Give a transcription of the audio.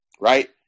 right